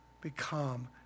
become